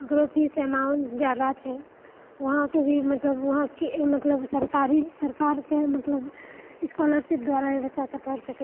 ओकरो fees amount जादा छै वहाँकेंँ भी मतलब वहाँकेंँ मतलब सरकारी सरकारके मतलब स्कॉलरशिप द्वारा बच्चासभ पढ़ि सकैए